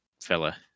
fella